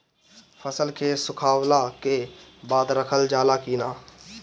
फसल के सुखावला के बाद रखल जाला कि न?